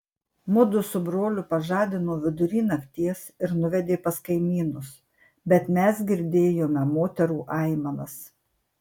mudu su broliu pažadino vidury nakties ir nuvedė pas kaimynus bet mes girdėjome moterų aimanas